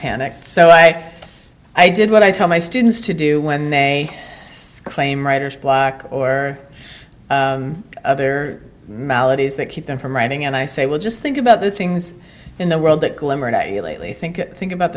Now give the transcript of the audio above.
panicked so i i did what i tell my students to do when they claim writer's block or other maladies that keep them from writing and i say well just think about the things in the world that glimmer and lately think think about